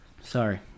Sorry